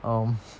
um